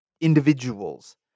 individuals